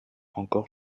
encore